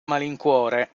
malincuore